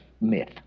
myth